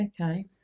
okay